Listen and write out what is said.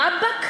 רבותי,